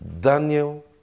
Daniel